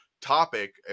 topic